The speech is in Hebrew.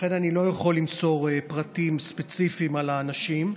לכן אני לא יכול למסור פרטים ספציפיים על האנשים,